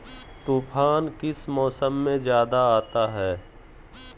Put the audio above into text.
तूफ़ान किस मौसम में ज्यादा आता है?